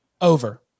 over